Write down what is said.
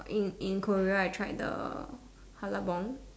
in in Korea I tried the hallabong